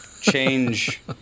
change